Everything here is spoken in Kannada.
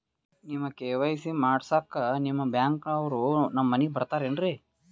ಈ ಕೆ.ವೈ.ಸಿ ಮಾಡಸಕ್ಕ ನಿಮ ಬ್ಯಾಂಕ ಅವ್ರು ನಮ್ ಮನಿಗ ಬರತಾರೆನ್ರಿ?